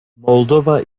moldova